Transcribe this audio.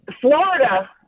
Florida